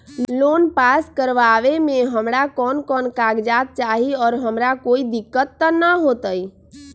Loan पास करवावे में हमरा कौन कौन कागजात चाही और हमरा कोई दिक्कत त ना होतई?